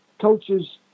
coaches